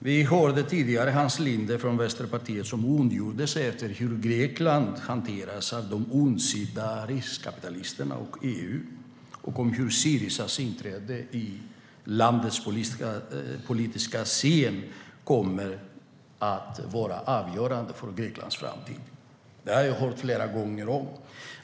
Vi hörde tidigare Hans Linde från Vänsterpartiet ondgöra sig över hur Grekland hanteras av de ondsinta riskkapitalisterna och EU och framhålla hur Syrizas inträde på landets politiska scen kommer att vara avgörande för Greklands framtid. Det har jag hört flera gånger om.